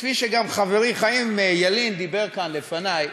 כפי שגם חברי חיים ילין דיבר כאן לפני,